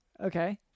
Okay